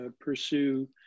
pursue